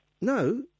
No